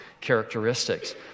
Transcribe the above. characteristics